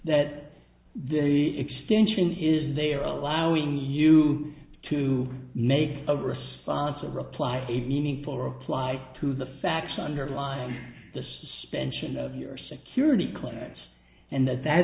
that the extension is they are allowing you to make a responsive reply a meaningful reply to the facts underlying the suspension of your security clearance and that that